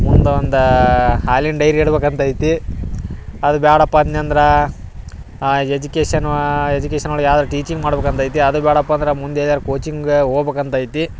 ಮುಂದೆ ಒಂದು ಹಾಲಿನ ಡೈರಿ ಇಡ್ಬೇಕಂತ ಐತಿ ಅದು ಬ್ಯಾಡಪ್ಪ ಅನ್ಯಂದ್ರಾ ಎಜುಕೇಷನ್ನು ಎಜುಕೇಷನ್ ಒಳಗೆ ಯಾವ್ದಾದರು ಟೀಚಿಂಗ್ ಮಾಡ್ಬೇಕು ಅಂತ ಇದ್ದಿ ಅದು ಬ್ಯಾಡಪ್ಪಂದ್ರ ಮುಂದೆ ಏನಾರ ಕೋಚಿಂಗ್ ಹೋಗ್ ಬೇಕಂತ್ ಐತಿ